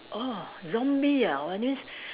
orh zombie ah means